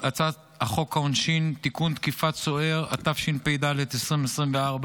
העונשין (תיקון מס' 152) (תקיפת סוהר),